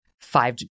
five